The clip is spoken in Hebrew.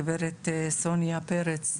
גברת סוניה פרץ,